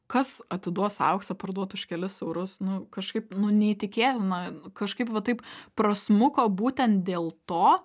kas atiduos auksą parduot už kelis eurus nu kažkaip neįtikėtina kažkaip va taip prasmuko būtent dėl to